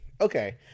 okay